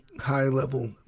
high-level